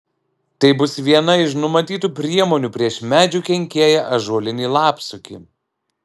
tai bus viena iš numatytų priemonių prieš medžių kenkėją ąžuolinį lapsukį